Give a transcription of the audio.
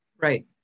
Right